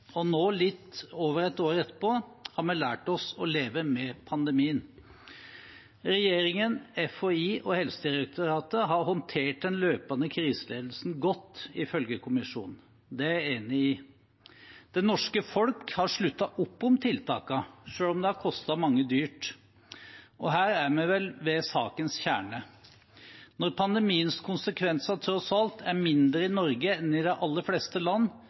Nå, litt over ett år etterpå, har vi lært oss å leve med pandemien. Regjeringen, FHI og Helsedirektoratet har håndtert den løpende kriseledelsen godt, ifølge kommisjonen. Det er jeg enig i. Det norske folk har sluttet opp om tiltakene, selv om det har kostet mange dyrt. Og her er vi vel ved sakens kjerne. Når pandemiens konsekvenser tross alt er mindre i Norge enn i de aller fleste land,